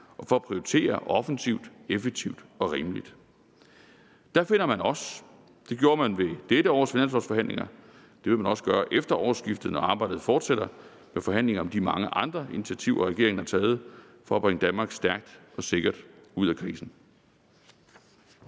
og for at prioritere offensivt, effektivt og rimeligt. Der finder man os. Det gjorde man ved dette års finanslovforhandlinger, og det vil man også gøre efter årsskiftet, når arbejdet fortsætter med forhandlinger om de mange andre initiativer, regeringen har taget, for at bringe os stærkt og sikkert ud af krisen.